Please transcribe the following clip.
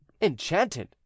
Enchanted